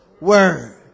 word